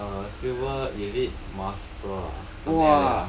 err silver elite master ah